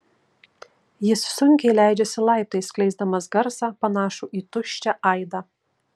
jis sunkiai leidžiasi laiptais skleisdamas garsą panašų į tuščią aidą